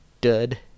dud